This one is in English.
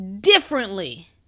differently